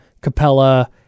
Capella